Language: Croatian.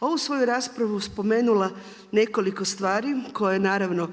ovu svoju raspravu spomenula nekoliko stvari koje naravno